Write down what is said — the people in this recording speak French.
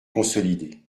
consolidée